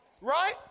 Right